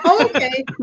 Okay